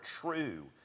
true